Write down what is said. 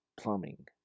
plumbing